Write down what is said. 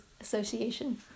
Association